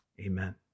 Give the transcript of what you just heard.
Amen